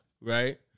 Right